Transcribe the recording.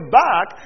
back